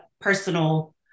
personal